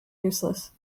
useless